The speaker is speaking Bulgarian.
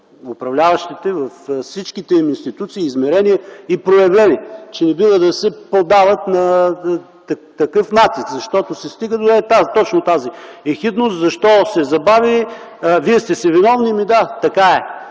управляващите във всичките институции, измерения и проявления, че не бива да се поддават на такъв натиск, защото се стига точно да тази ехидност – защо се забави, вие сте си виновни… Да, така е.